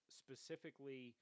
specifically